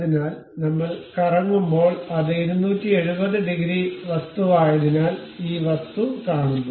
അതിനാൽ നമ്മൾ കറങ്ങുമ്പോൾ അത് 270 ഡിഗ്രി വസ്തുവായതിനാൽ ഈ വസ്തു കാണുന്നു